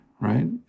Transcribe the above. right